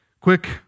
Quick